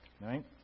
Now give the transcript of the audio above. right